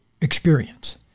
experience